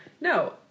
no